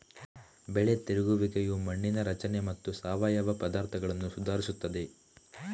ಬೆಳೆ ತಿರುಗುವಿಕೆಯು ಮಣ್ಣಿನ ರಚನೆ ಮತ್ತು ಸಾವಯವ ಪದಾರ್ಥಗಳನ್ನು ಸುಧಾರಿಸುತ್ತದೆ